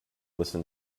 listen